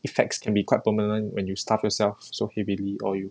effects can be quite permanent when you stop starve so heavily or you